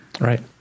Right